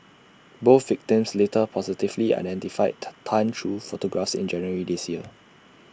both victims later positively identified Tan through photographs in January this year